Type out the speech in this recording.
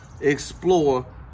explore